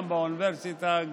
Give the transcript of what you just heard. גם באוניברסיטה,